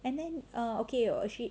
and then uh okay oh shit